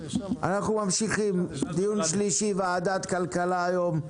אנחנו ממשיכים בדיון שלישי של ועדת הכלכלה היום.